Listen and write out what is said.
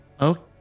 Okay